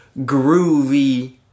groovy